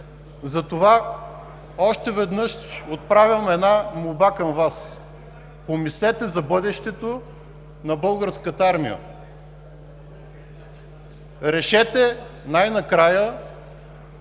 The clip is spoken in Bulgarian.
Затова още веднъж отправям молба към Вас: помислете за бъдещето на Българската армия! Решете най-накрая